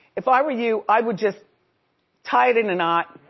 if i were you, i would just tie it in a knot,